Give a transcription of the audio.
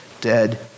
dead